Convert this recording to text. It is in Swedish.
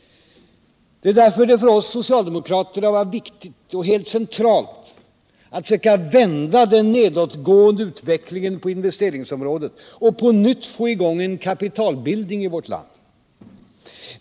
Det är därför som det för oss socialdemokrater har varit viktigt och helt centralt att försöka vända den nedåtgående utvecklingen på investeringsområdet och på nytt få i gång en kapitalbildning i vårt land.